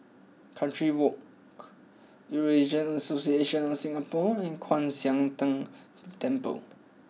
Country Walk Eurasian Association of Singapore and Kwan Siang Tng Temple